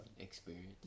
experience